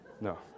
No